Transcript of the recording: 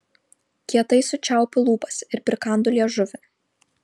kietai sučiaupiu lūpas ir prikandu liežuvį